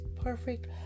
perfect